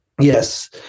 Yes